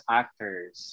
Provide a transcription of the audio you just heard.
actors